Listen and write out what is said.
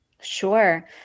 Sure